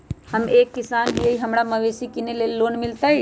हम एक किसान हिए हमरा मवेसी किनैले लोन मिलतै?